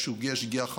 הוא שוגה שגיאה חמורה.